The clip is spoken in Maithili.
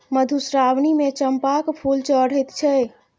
मधुश्रावणीमे चंपाक फूल चढ़ैत छै